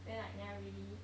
then like never really